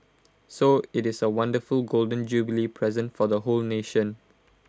so IT is A wonderful Golden Jubilee present for the whole nation